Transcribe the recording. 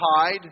hide